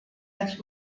als